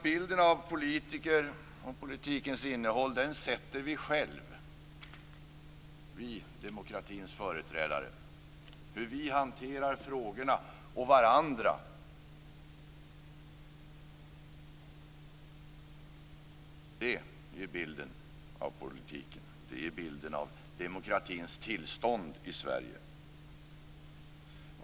Bilden av politiker och politikens innehåll ger vi själva, vi som är demokratins företrädare. Hur vi hanterar frågorna och varandra ger bilden av politiken, ger bilden av demokratins tillstånd i Sverige.